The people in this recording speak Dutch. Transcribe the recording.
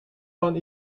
van